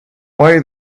why